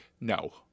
no